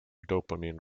dopamine